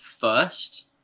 first